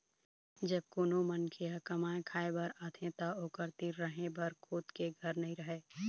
जब कोनो मनखे ह कमाए खाए बर आथे त ओखर तीर रहें बर खुद के घर नइ रहय